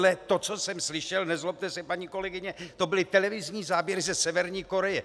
Tohle, to, co jsem slyšel, nezlobte se, paní kolegyně, to byly televizní záběry ze Severní Koreje!